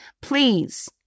Please